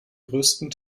größten